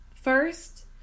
First